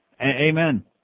Amen